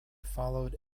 followed